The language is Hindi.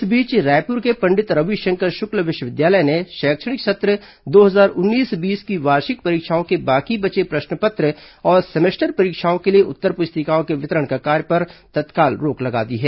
इस बीच रायपुर के पंडित रविशंकर शुक्ल विश्वविद्यालय ने शैक्षणिक सत्र दो हजार उन्नीस बीस की वार्षिक परीक्षाओं के बाकी बचे प्रश्न पत्र और सेमेस्टर परीक्षाओं के लिए उत्तर पुस्तिकाओं के वितरण कार्य पर तत्काल रोक लगा दी है